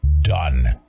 Done